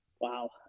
Wow